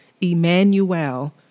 Emmanuel